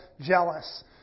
jealous